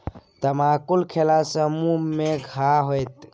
तमाकुल खेला सँ मुँह मे घाह होएत